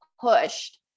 pushed